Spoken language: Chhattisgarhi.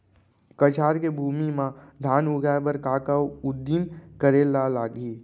कछार के भूमि मा धान उगाए बर का का उदिम करे ला लागही?